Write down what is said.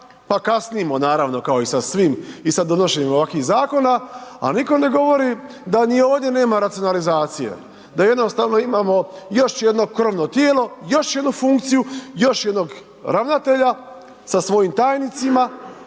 i kasnimo naravno kao i sa svim i sad donošenjem ovakvih zakona, a nitko ne govori da ni ovdje nema racionalizacije, da jednostavno imamo još jedno krovno tijelo, još jednu funkciju, još jednog ravnatelja, sa svojim tajnicima,